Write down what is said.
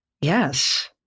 Yes